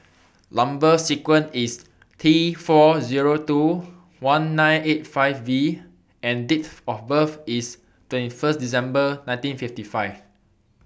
Number sequence IS T four Zero two one nine eight five V and Date of birth IS twenty one December nineteen fifty five